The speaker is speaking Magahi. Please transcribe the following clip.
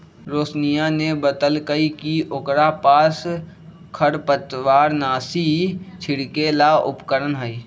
रोशिनीया ने बतल कई कि ओकरा पास खरपतवारनाशी छिड़के ला उपकरण हई